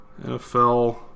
NFL